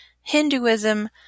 Hinduism